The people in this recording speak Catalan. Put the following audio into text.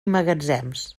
magatzems